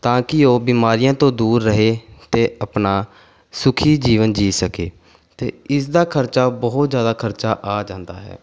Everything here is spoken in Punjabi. ਤਾਂ ਕਿ ਉਹ ਬਿਮਾਰੀਆਂ ਤੋਂ ਦੂਰ ਰਹੇ ਅਤੇ ਆਪਣਾ ਸੁਖੀ ਜੀਵਨ ਜੀ ਸਕੇ ਅਤੇ ਇਸ ਦਾ ਖਰਚਾ ਬਹੁਤ ਜ਼ਿਆਦਾ ਖਰਚਾ ਆ ਜਾਂਦਾ ਹੈ